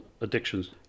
addictions